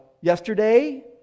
yesterday